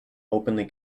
openly